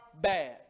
bad